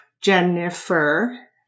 Jennifer